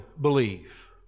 believe